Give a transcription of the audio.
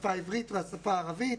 השפה העברית והשפה הערבית.